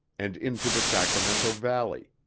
and into the sacramento valley